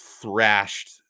thrashed